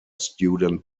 student